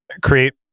create